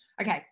Okay